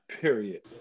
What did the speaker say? period